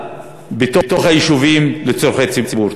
השטח של המינהל בתוך היישובים, לצורכי ציבור.